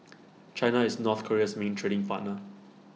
China is north Korea's main trading partner